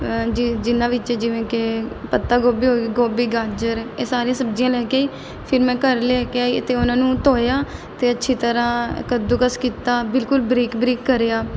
ਜਿ ਜਿਨਾਂ ਵਿੱਚ ਜਿਵੇਂ ਕਿ ਪੱਤਾ ਗੋਭੀ ਹੋਗੀ ਗੋਭੀ ਗਾਜਰ ਇਹ ਸਾਰੀ ਸਬਜ਼ੀਆਂ ਲੈ ਕੇ ਆਈ ਫਿਰ ਮੈਂ ਘਰ ਲੈ ਕੇ ਆਈ ਅਤੇ ਉਹਨਾਂ ਨੂੰ ਧੋਇਆ ਅਤੇ ਅੱਛੀ ਤਰ੍ਹਾਂ ਕੱਦੂਕਸ ਕੀਤਾ ਬਿਲਕੁਲ ਬਰੀਕ ਬਰੀਕ ਕਰਿਆ